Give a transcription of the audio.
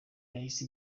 yahise